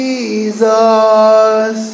Jesus